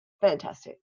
fantastic